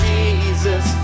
Jesus